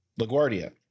LaGuardia